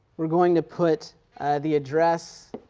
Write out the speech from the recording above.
we're going to put the address